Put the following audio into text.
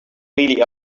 really